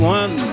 one